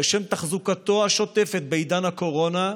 לשם תחזוקתו השוטפת בעידן הקורונה,